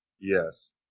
Yes